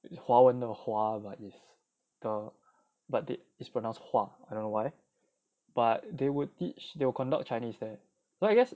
华文的华 but it is pronounced 化 I don't know why but they would teach they will conduct chinese there so I guess